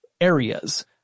areas